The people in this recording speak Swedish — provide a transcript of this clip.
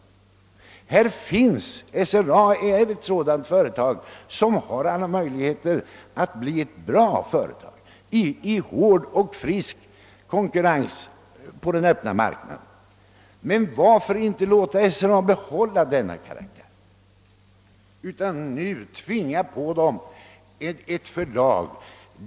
SRA är ett sådant företag som har alla möjligheter att bli bra i hård och fri konkurrens på den öppna marknaden. Men varför inte låta SRA behålla denna karaktär utan tvinga på det ett förlag?